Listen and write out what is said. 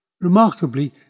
Remarkably